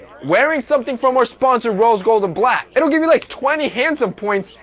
wearing something from our sponsored rose gold and black. it'll give you like twenty handsome points,